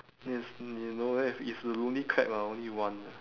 it's ni~ no left it's the lonely crab ah only one ah